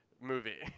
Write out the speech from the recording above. movie